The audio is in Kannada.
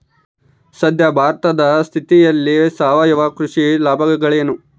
ಸದ್ಯ ಭಾರತದ ಸ್ಥಿತಿಯಲ್ಲಿ ಸಾವಯವ ಕೃಷಿಯ ಲಾಭಗಳೇನು?